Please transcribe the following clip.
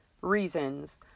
reasons